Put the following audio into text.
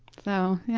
so, yeah